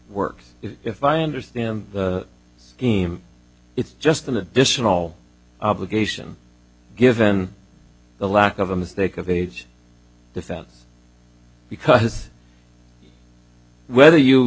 works if i understand the scheme it's just an additional obligation given the lack of a mistake of age defense because whether you